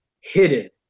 hidden